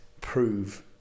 prove